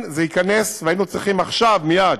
היינו צריכים עכשיו מייד